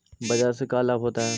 बाजार से का लाभ होता है?